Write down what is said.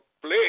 play